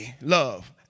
love